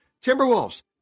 Timberwolves